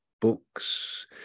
books